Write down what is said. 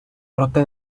проте